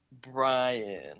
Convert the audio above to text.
Brian